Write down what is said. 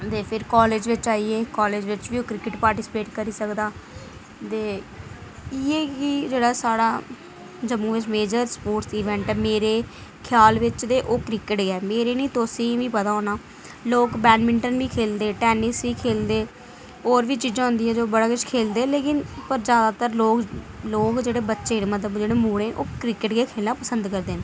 ते फिर ओह् कॉलेज आइयै कॉलेज़ बी क्रिकेट पार्टीस्पेट करी सकदा ते इ'यै कि जेह्ड़ा साढ़ा जम्मू बिच मेजर स्पोर्टस इवेंट ऐ मेरे ख्याल बिच ते ओह् क्रिकेट गे मेरे निं तुसें गी बी पता होना लोक बैडमिंटन बी खेल्लदे टेनिस बी खेल्लदे होर बी चीज़ां होंदियां ओह् बड़ा किश खेल्लदे लेकिन पर जादातर लोक जेह्ड़ा बच्चें गी मतलब मुड़ें गी क्रिकेट गै खेल्लना पसंद करदे न